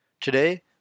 Today